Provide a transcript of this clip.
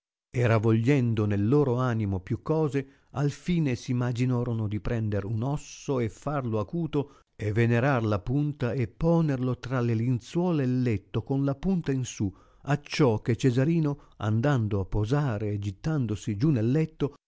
e ravogliendo nel loro animo più cose al fine s imaginorono di prender un osso e farlo acuto e venenar la punta e ponerlo tra le linzuola e il letto con la punta in su acciò che cesarino andando a posare e gittandosi giù nel letto